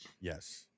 Yes